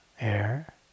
air